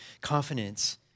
confidence